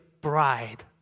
bride